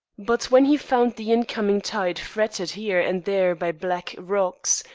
but when he found the incoming tide fretted here and there by black rocks,